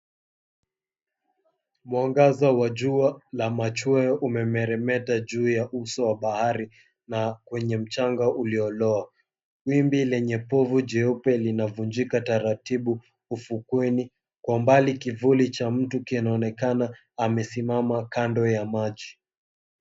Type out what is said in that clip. Mwangaza la jua la machweo umemeremeta juu ya uso wa bahari na kwenye mchanga uliolowa. Wimbi lenye povu jeupe linavunjika taratibu ufukweni. Kwa mbali kivuli cha mtu kinaonekana amesimama kando ya maji.